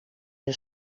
een